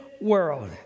world